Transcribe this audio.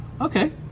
Okay